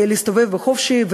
להסתובב חופשי,